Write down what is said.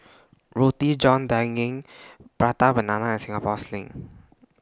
Roti John Daging Prata Banana and Singapore Sling